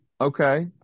okay